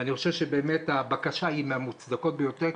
ואני חושב שבאמת הבקשה היא מהמוצדקות ביותר.